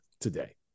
today